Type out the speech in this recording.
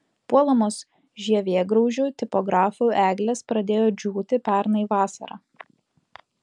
puolamos žievėgraužių tipografų eglės pradėjo džiūti pernai vasarą